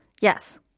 Yes